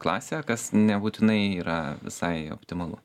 klasė kas nebūtinai yra visai optimalu